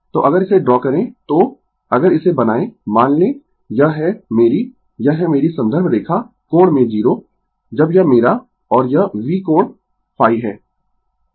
तो अगर इसे ड्रा करें तो अगर इसे बनाए मान लें यह है मेरी यह है मेरी संदर्भ रेखा कोण में 0 जब यह मेरा और यह V कोण ϕ है